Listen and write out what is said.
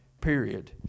period